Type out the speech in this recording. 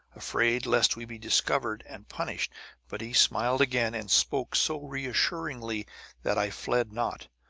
afraid lest we be discovered and punished but he smiled again and spoke so reassuringly that i fled not,